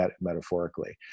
metaphorically